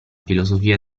filosofia